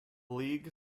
league